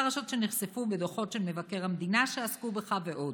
פרשות שנחשפו בדוחות של מבקר המדינה שעסקו בך ועוד".